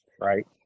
right